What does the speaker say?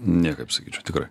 niekaip sakyčiau tikrai